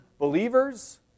believers